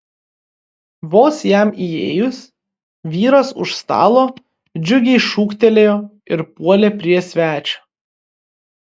vos jam įėjus vyras už stalo džiugiai šūktelėjo ir puolė prie svečio